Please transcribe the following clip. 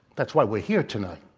that's why we're here tonight.